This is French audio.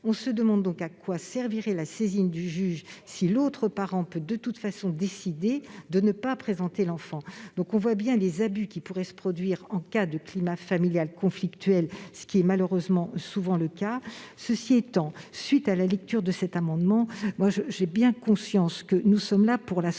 On se demande donc à quoi servirait la saisine du juge si l'autre parent peut de toute façon décider de ne pas présenter l'enfant. On voit bien les abus qui pourraient se produire dans l'hypothèse d'un climat familial conflictuel, ce qui est malheureusement souvent le cas. Cela étant, à la suite de la lecture de cet amendement, j'ai bien conscience que nous sommes là pour sauvegarder